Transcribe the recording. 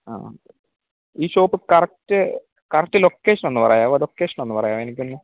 ആ ഈ shop correct correct location ഒന്ന് പറയാമോ ലൊക്കേഷന് ഒന്ന് പറയാമോ എനിക്ക് ഒന്ന്